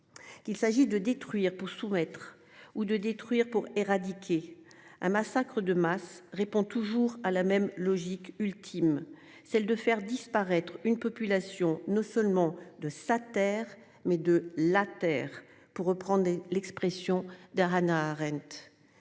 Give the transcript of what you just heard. Qu'il s'agit de détruire pour soumettre ou de détruire pour éradiquer un massacre de masse répond toujours à la même logique ultime, celle de faire disparaître une population non seulement de sa terre mais de la Terre pour reprendre l'expression d'Hannah Arendt,